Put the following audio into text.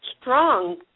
strong